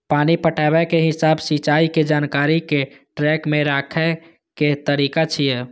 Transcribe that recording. पानि पटाबै के हिसाब सिंचाइ के जानकारी कें ट्रैक मे राखै के तरीका छियै